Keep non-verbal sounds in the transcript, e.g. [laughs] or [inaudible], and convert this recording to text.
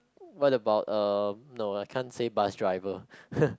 what about uh no I can't say bus driver [laughs]